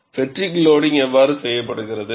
ஃப்பெட்டிக் loading எவ்வாறு செய்யப்படுகிறது